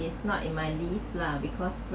it's not in my list lah because ve~